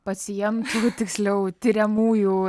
pacientų tiksliau tiriamųjų